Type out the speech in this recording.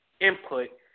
input